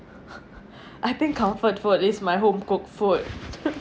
I think comfort food is my home cooked food